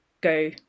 go